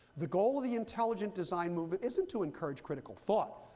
the goal of the intelligent design movement isn't to encourage critical thought,